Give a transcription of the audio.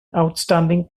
outstanding